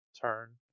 turn